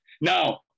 Now